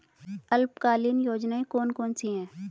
अल्पकालीन योजनाएं कौन कौन सी हैं?